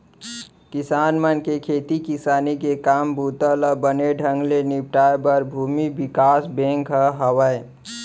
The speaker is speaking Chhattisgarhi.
किसान मन के खेती किसानी के काम बूता ल बने ढंग ले निपटाए बर भूमि बिकास बेंक ह हावय